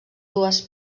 dues